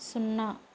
సున్నా